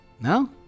No